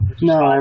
No